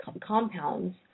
compounds